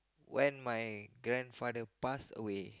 when my grandfather pass away